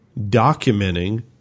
documenting